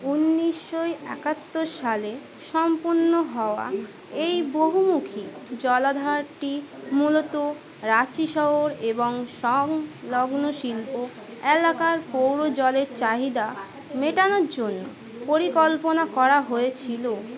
ঊনিশশো একাত্তর সালে সম্পূর্ণ হওয়া এই বহুমুখী জলাধারটি মূলত রাঁচি শহর এবং সংলগ্ন শিল্প এলাকার পৌর জলের চাহিদা মেটানোর জন্য পরিকল্পনা করা হয়েছিল